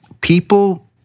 People